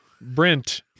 brent